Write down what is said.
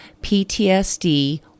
PTSD